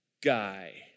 guy